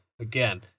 again